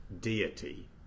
deity